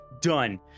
Done